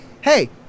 Hey